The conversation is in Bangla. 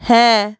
হ্যাঁ